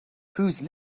whose